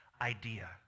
idea